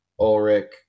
Ulrich